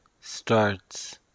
starts